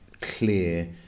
clear